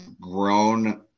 grown